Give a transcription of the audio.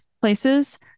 places